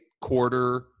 quarter